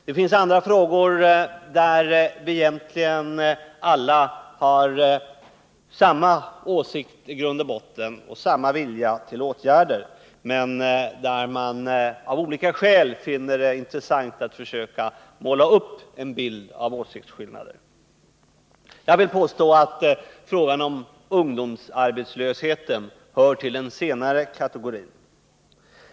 Det finns andra frågor där vi alla i grund och botten egentligen har samma åsikt och samma vilja till åtgärder men där man av olika skäl finner det intressant att försöka måla upp en bild av åsiktsskillnader. Jag vill påstå att frågan om ungdomsarbetslösheten hör till den senare kategorin.